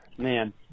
Man